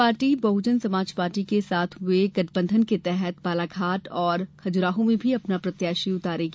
party Bahujan Samaj party के साथ हुये गठबंधन के तहत बालाघाट और खजुराहो में भी अपना प्रत्याशी उतारेगी